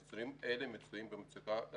ניצולים אלו מצויים במצוקה כלכלית.